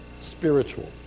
spiritual